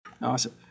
Awesome